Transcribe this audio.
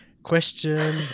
question